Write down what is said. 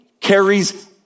carries